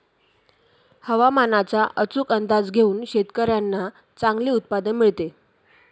हवामानाचा अचूक अंदाज घेऊन शेतकाऱ्यांना चांगले उत्पादन मिळते